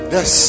Yes